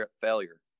failure